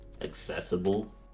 accessible